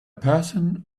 person